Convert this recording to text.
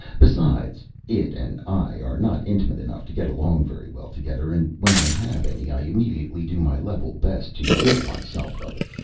besides, it and i are not intimate enough to get along very well together, and when i have any i immediately do my level best to rid myself of it.